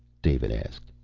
david asked.